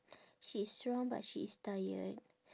she's strong but she's tired